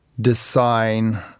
design